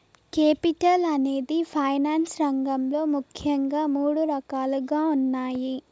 capital అనేది finance రంగంలో ముఖ్యంగా మూడు రకాలుగా ఉన్నాయి